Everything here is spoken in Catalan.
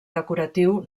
decoratiu